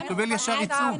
אנחנו ישר נקבל עיצום.